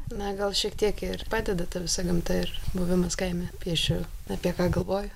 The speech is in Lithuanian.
na gal šiek tiek ir padeda ta visa gamta ir buvimas kaime piešiu apie ką galvoju